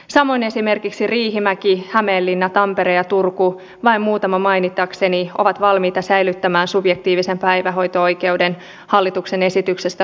samoin esimerkiksi riihimäki hämeenlinna tampere ja turku vain muutaman mainitakseni ovat valmiita säilyttämään subjektiivisen päivähoito oikeuden hallituksen esityksestä huolimatta